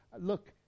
look